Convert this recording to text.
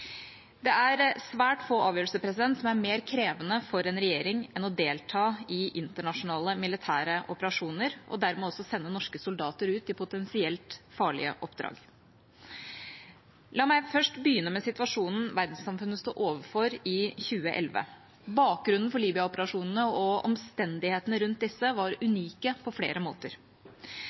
Det er svært få avgjørelser som er mer krevende for en regjering enn å delta i internasjonale militære operasjoner og dermed også sende norske soldater ut i potensielt farlige oppdrag. La meg først begynne med situasjonen verdenssamfunnet stod overfor i 2011. Bakgrunnen for Libya-operasjonene og omstendighetene rundt disse var unike på flere måter.